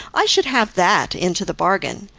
i should have that into the bargain.